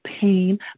pain